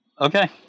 Okay